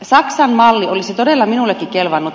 saksan malli olisi todella minullekin kelvannut